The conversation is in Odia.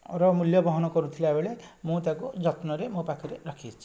ର ମୂଲ୍ୟ ବହନ କରୁଥିବା ବେଳେ ମୁଁ ତାକୁ ଯତ୍ନରେ ମୋ ପାଖରେ ରଖିଛି